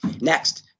Next